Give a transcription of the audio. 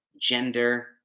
gender